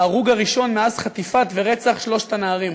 ההרוג הראשון מאז חטיפת ורצח שלושת הנערים.